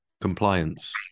Compliance